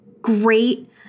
great